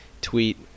tweet